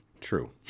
True